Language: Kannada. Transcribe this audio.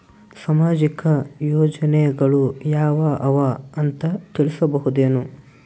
ಸಾಮಾಜಿಕ ಯೋಜನೆಗಳು ಯಾವ ಅವ ಅಂತ ತಿಳಸಬಹುದೇನು?